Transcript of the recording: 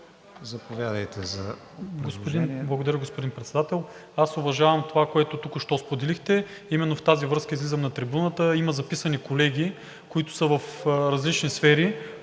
Заповядайте. ЖЕЧО СТАНКОВ (ГЕРБ-СДС): Благодаря, господин Председател. Аз уважавам това, което току-що споделихте. Именно в тази връзка излизам на трибуната. Има записани колеги, които са в различни сфери,